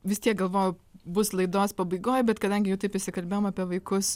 vis tiek galvojau bus laidos pabaigoj bet kadangi jau taip įsikalbėjom apie vaikus